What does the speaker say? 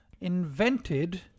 invented